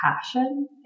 passion